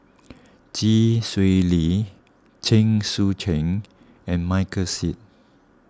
Chee Swee Lee Chen Sucheng and Michael Seet